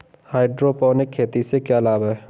Hydroponic खेती से क्या लाभ हैं?